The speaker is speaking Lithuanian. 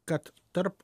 kad tarp